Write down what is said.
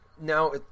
Now